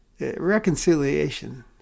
Reconciliation